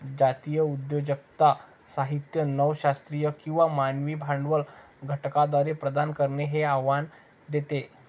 जातीय उद्योजकता साहित्य नव शास्त्रीय किंवा मानवी भांडवल घटकांद्वारे प्रदान करणे हे आव्हान देते